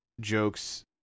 jokes